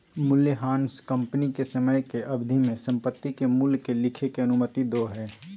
मूल्यह्रास कंपनी के समय के अवधि में संपत्ति के मूल्य के लिखे के अनुमति दो हइ